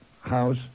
house